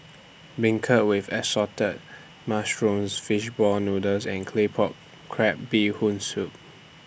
Beancurd with Assorted Mushrooms Fish Ball Noodles and Claypot Crab Bee Hoon Soup